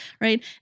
right